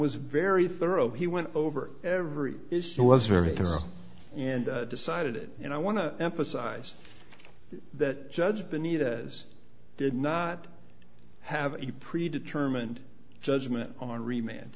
was very thorough he went over every issue was very thorough and decided it and i want to emphasize that judge benita is did not have a pre determined judgment on rema